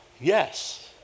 yes